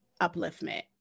upliftment